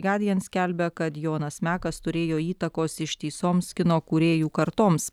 guardian skelbia kad jonas mekas turėjo įtakos ištisoms kino kūrėjų kartoms